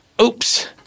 oops